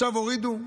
עכשיו הורידו.